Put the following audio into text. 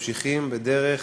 וממשיכים בדרך